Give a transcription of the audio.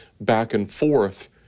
back-and-forth